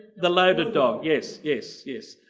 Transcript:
the loaded dog yes, yes, yes,